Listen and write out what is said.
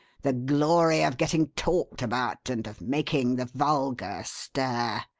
the glory of getting talked about, and of making the vulgar stare.